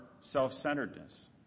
self-centeredness